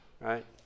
Right